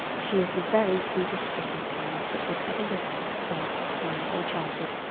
she is the very sweetest christmas carol that was ever written, said, sung or chanted,